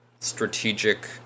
Strategic